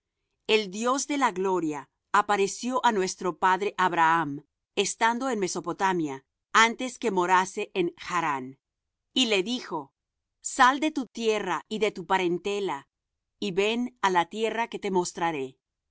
el dios de la gloria apareció á nuestro padre abraham estando en mesopotamia antes que morase en chrán y le dijo sal de tu tierra y de tu parentela y ven á la tierra que te mostraré